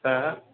हो